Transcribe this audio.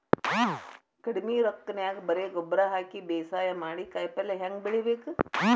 ಕಡಿಮಿ ರೊಕ್ಕನ್ಯಾಗ ಬರೇ ಗೊಬ್ಬರ ಹಾಕಿ ಬೇಸಾಯ ಮಾಡಿ, ಕಾಯಿಪಲ್ಯ ಹ್ಯಾಂಗ್ ಬೆಳಿಬೇಕ್?